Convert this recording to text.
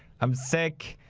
i'm sick.